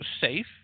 safe